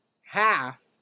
half